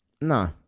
No